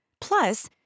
Plus